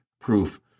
proof